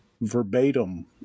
verbatim